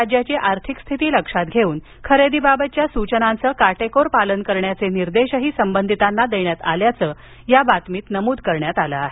राज्याची आर्थिक स्थिती लक्षात घेऊन खरेदीबाबतच्या सूचनांचं काटेकोर पालन करण्याचे निर्देशही संबंधितांना देण्यात ल्याचं या बातमीत नमूद करण्या आलं आहे